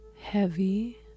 heavy